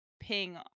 ping